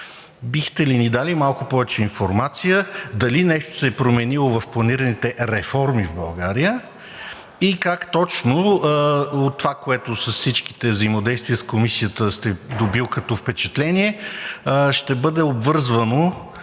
Бихте ли ни дали малко повече информация дали нещо се е променило в планираните реформи в България? И как точно това, което с всичките взаимодействия с Комисията сте добили като впечатления, ще бъде обвързано